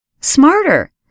smarter